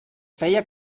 feia